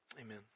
Amen